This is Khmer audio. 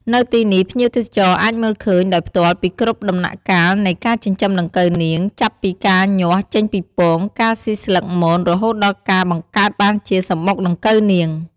នៅទីនេះ ភ្ញៀវទេសចរអាចមើលឃើញដោយផ្ទាល់ពីគ្រប់ដំណាក់កាលនៃការចិញ្ចឹមដង្កូវនាង ចាប់ពីការញាស់ចេញពីពង ការស៊ីស្លឹកមនរហូតដល់ការបង្កើតបានជាសំបុកដង្កូវនាង ។